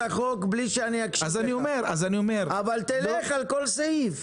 החוק בלי שאקשיב לך אבל נלך על כל סעיף.